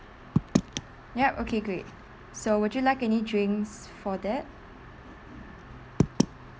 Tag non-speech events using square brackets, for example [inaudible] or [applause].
[noise] yup okay great so would you like any drinks for that [noise]